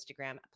Instagram